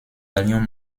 allions